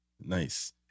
Nice